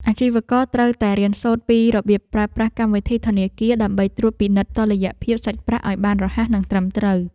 អាជីវករត្រូវតែរៀនសូត្រពីរបៀបប្រើប្រាស់កម្មវិធីធនាគារ ដើម្បីត្រួតពិនិត្យតុល្យភាពសាច់ប្រាក់ឱ្យបានរហ័សនិងត្រឹមត្រូវ។